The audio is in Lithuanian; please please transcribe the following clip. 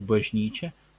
bažnyčia